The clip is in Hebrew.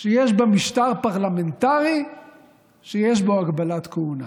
שיש בה משטר פרלמנטרי ויש בו הגבלת כהונה.